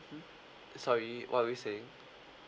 mm sorry what were you saying